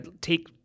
Take